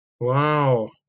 Wow